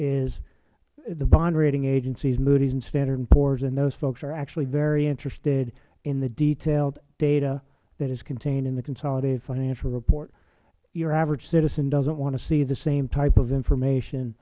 is the bond rating agencies moodys and standard and poors and those folks are actually very interested in the detailed data that is contained in the consolidated financial report your average citizen doesnt want to see the same type of